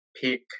pick